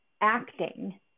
Acting